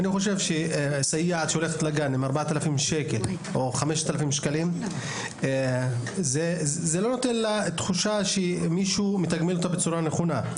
סייעת שהולכת לגן עם 5,000-4,000 שקל אין לה תחושה שהיא מתוגמלת נכון.